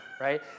right